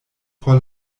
por